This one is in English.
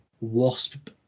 wasp